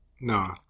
No